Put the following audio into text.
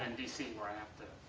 and dc where i have to